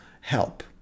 help